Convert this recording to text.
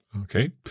Okay